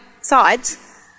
sides